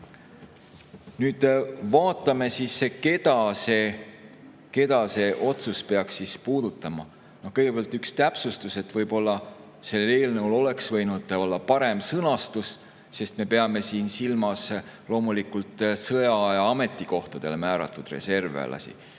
Nüüd vaatame, keda see otsus peaks puudutama. Kõigepealt üks täpsustus: sellel eelnõul oleks ehk võinud olla parem sõnastus, sest me peame siin silmas loomulikult sõjaaja ametikohtadele määratud reservväelasi